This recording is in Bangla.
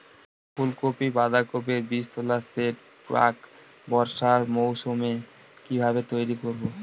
ফুলকপি বাধাকপির বীজতলার সেট প্রাক বর্ষার মৌসুমে কিভাবে তৈরি করব?